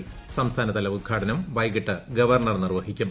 ൻംസ്ഥാന തല ഉദ്ഘാടനം വൈകിട്ട് ഗവർണർ നീർപ്പ് ഹിക്കും